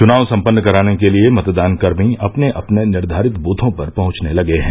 चुनाव सम्पन्न कराने के लिये मतदानकर्मी अपने अपने निर्धारित द्थों पर पहुंचने लगे हैं